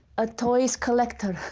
a toy collector.